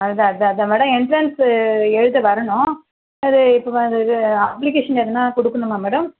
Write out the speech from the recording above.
அதான் அதான் madam entrance எழுத வரணும் அது இப்போ அது அப்ளிகேஷன் எதுனா கொடுக்கணுமா மேடம்